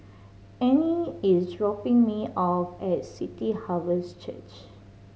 Anne is dropping me off at City Harvest Church